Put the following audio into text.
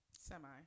Semi